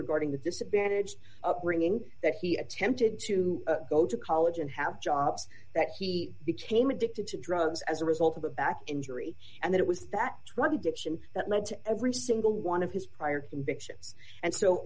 regarding the disadvantaged upbringing that he attempted to go to college and have jobs that he became addicted to drugs as a result of a back injury and it was that drug addiction that led to every single one of his prior convictions and so